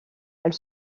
elle